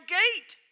gate